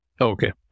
Okay